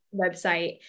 website